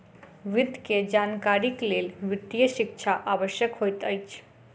वित्त के जानकारीक लेल वित्तीय शिक्षा आवश्यक होइत अछि